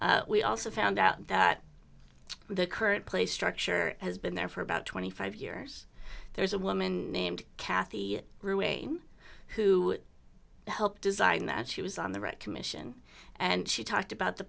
we also found out that the current play structure has been there for about twenty five years there's a woman named kathy ruane who helped design that she was on the right commission and she talked about the